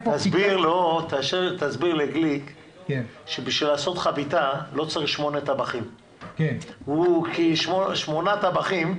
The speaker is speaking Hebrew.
תסביר לגליק שבשביל לעשות חביתה לא צריך שמונה טבחים כי שמונה טבחים,